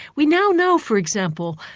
we now know for example,